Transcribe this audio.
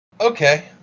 Okay